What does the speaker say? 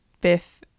biff